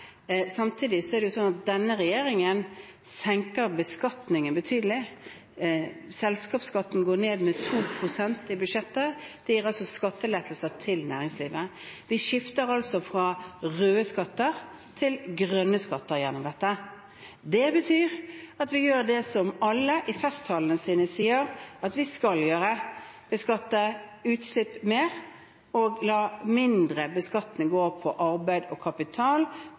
gir skattelettelser til næringslivet. Vi skifter fra røde skatter til grønne skatter gjennom dette. Det betyr at vi gjør det som alle i sine festtaler sier at vi skal gjøre: beskatte utslipp mer og beskatte arbeid og kapital mindre